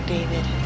David